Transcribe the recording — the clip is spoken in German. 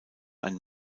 ein